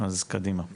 אז קדימה.